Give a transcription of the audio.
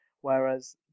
whereas